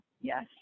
Yes